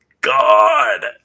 God